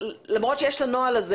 למרות שיש את הנוהל הזה,